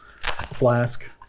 flask